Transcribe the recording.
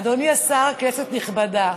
אדוני השר, כנסת נכבדה,